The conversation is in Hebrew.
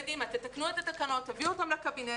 קדימה, תקנו את התקנות ותביאו אותן לקבינט.